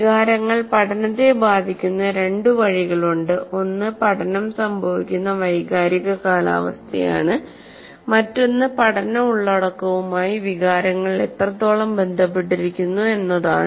വികാരങ്ങൾ പഠനത്തെ ബാധിക്കുന്ന രണ്ട് വഴികളുണ്ട് ഒന്ന് പഠനം സംഭവിക്കുന്ന വൈകാരിക കാലാവസ്ഥയാണ് മറ്റൊന്ന് പഠന ഉള്ളടക്കവുമായി വികാരങ്ങൾ എത്രത്തോളം ബന്ധപ്പെട്ടിരിക്കുന്നു എന്നതാണ്